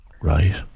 Right